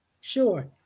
Sure